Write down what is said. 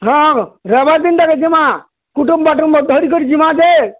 ହଁ ରଇବାର୍ ଦିନ୍ଟା ଦେଖିମାଁ କୁଟୁମ୍ବାଟୁମ୍ ଧରିକରି ଯିମାଁ ଯେ